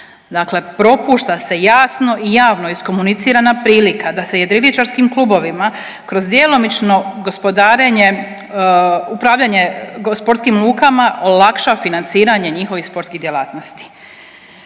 propušta se jasno i javno iskomunicirana prilika da se jedriličarskim klubovima kroz djelomično gospodarenje, upravljanje sportskim lukama olakša financiranje njihovih sportskih djelatnosti.